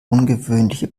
ungewöhnliche